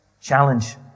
challenge